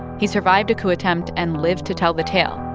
he survived a coup attempt and lived to tell the tale.